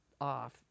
off